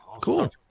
Cool